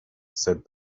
said